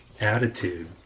attitude